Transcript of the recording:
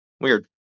weird